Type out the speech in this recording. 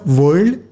world